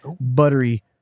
buttery